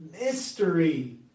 Mystery